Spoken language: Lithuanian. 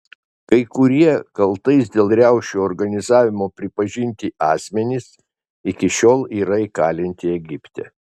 kai kurie kaltais dėl riaušių organizavimo pripažinti asmenys iki šiol yra įkalinti egipte